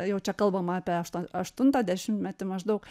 jaučia kalbama apie aš aštuntą dešimtmetį maždaug